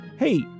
Hey